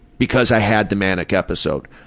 because i had the manic episode.